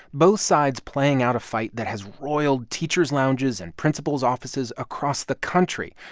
both sides playing out a fight that has roiled teachers' lounges and principals' offices across the country.